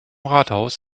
rathaus